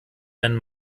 wenn